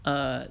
err